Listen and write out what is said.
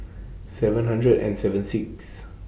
seven hundred and seven six